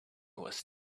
was